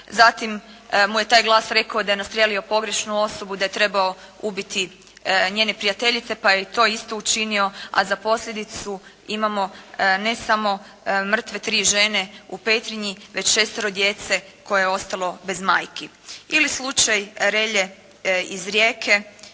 Zatim mu je taj glas rekao da je nastrijelio pogrešnu osobu, da je trebao ubiti njene prijateljice pa je i to isto učinio, a za posljedicu imamo ne samo mrtve tri žene u Petrinji već šestero djece koje je ostalo bez majki. Ili slučaj Relje iz Rijeke